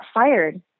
fired